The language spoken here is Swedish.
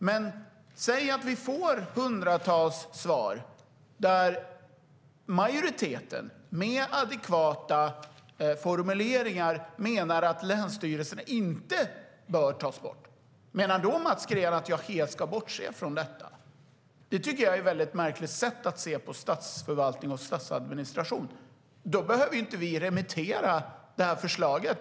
Men säg att vi får hundratals svar och att majoriteten av dem med adekvata formuleringar menar att länsstyrelserna inte bör tas bort, tycker då Mats Green att jag helt ska bortse från det? Det är ett mycket märkligt sätt att se på statsförvaltning och statsadministration. Då behöver vi ju inte remittera förslagen.